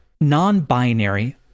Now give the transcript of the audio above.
non-binary